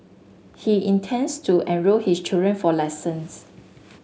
he intends to enrol his children for lessons